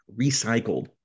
recycled